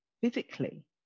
physically